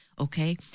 okay